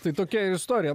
tai tokia istorija